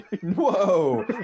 whoa